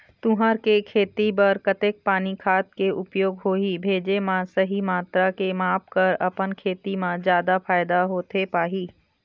तुंहर के खेती बर कतेक पानी खाद के उपयोग होही भेजे मा सही मात्रा के माप कर अपन खेती मा जादा फायदा होथे पाही?